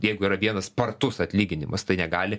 jeigu yra vienas spartus atlyginimas tai negali